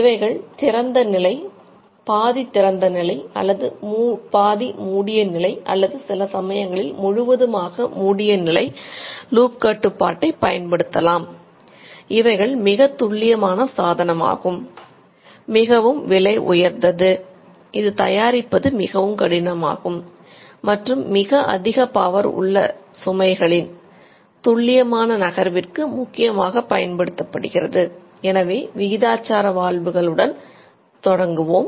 இவைகள் திறந்தநிலை தொடங்குவோம்